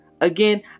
Again